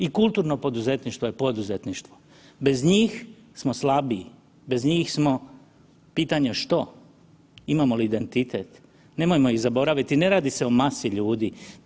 I kulturno poduzetništvo je poduzetništvo, bez njih smo slabiji, bez njih smo pitanje što, imamo li identitet, nemojmo ih zaboraviti, ne radi se o masi ljudi.